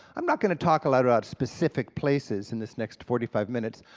i'm not going to talk a lot about specific places in this next forty five minutes,